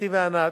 אתי וענת,